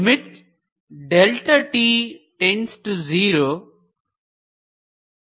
It will be the partial derivative of u with respect to y